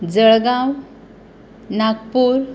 Jalgaon Nagpur